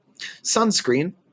sunscreen